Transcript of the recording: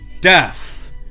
death